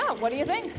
what do you